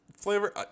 flavor